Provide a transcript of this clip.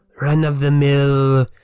run-of-the-mill